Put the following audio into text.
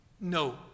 No